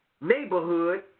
neighborhood